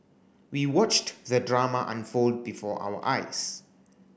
we watched the drama unfold before our eyes